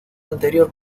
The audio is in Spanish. anterior